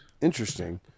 Interesting